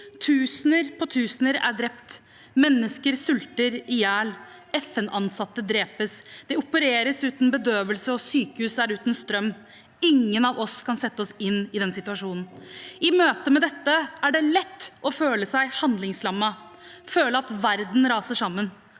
Tusener på tusener er drept, mennesker sulter i hjel, FN-ansatte drepes, det opereres uten bedøvelse, og sykehus er uten strøm. Ingen av oss kan sette oss inn i den situasjonen. I møte med dette er det lett å føle seg handlingslammet, føle at verden raser sammen.